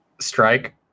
strike